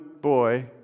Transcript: boy